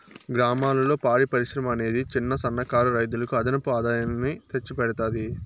గ్రామాలలో పాడి పరిశ్రమ అనేది చిన్న, సన్న కారు రైతులకు అదనపు ఆదాయాన్ని తెచ్చి పెడతాది